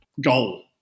goal